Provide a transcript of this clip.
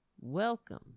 Welcome